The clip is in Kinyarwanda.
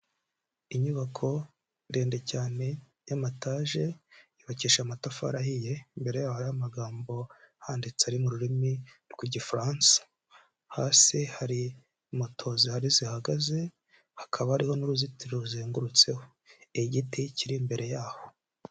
Inyubako ndende cyane y'amataje yubakishije amatafari ahiye, imbere yaho hariho amagambo ahanditse ari mu rurimi rw'Igifaransa, hasi hari moto zihari zihagaze hakaba hariho n'uruzitiro ruzengurutseho, igiti kiri imbere yaho.